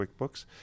QuickBooks